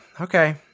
okay